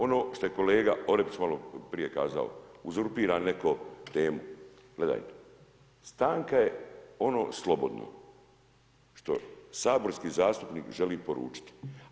Ono što je kolega Orepić maloprije kazao uzurpira neko temu, gledajte stanka je ono slobodno što saborski zastupnik želi poručiti.